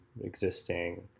existing